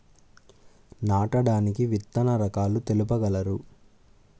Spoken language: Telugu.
నాటడానికి విత్తన రకాలు తెలుపగలరు?